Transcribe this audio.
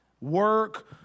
work